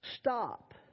Stop